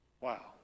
Wow